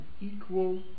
equal